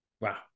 Wow